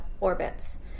orbits